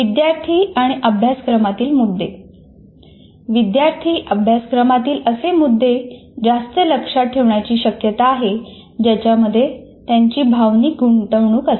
विद्यार्थी आणि अभ्यासक्रमातील मुद्दे विद्यार्थी अभ्यासक्रमातील असे मुद्दे जास्त लक्षात ठेवण्याची शक्यता आहे ज्यांच्यामध्ये त्यांची भावनिक गुंतवणूक असते